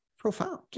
profound